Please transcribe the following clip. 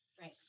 right